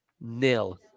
nil